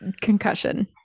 Concussion